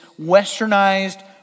westernized